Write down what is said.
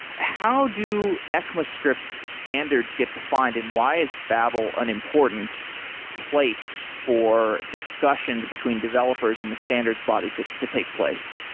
how do ecmascript standards get defined and why is babel an important place for discussions between developers in the standards body to to take place?